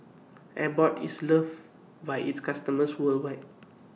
Abbott IS loved By its customers worldwide